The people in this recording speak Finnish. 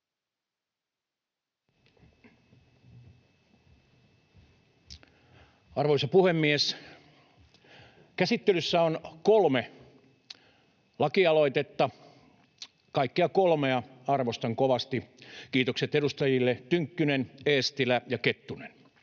Arvoisa puhemies! Käsittelyssä on kolme lakialoitetta. Kaikkia kolmea arvostan kovasti — kiitokset edustajille Tynkkynen, Eestilä ja Kettunen.